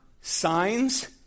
signs